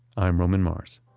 i'm roman mars.